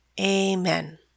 amen